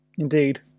Indeed